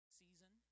season